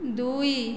ଦୁଇ